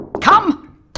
Come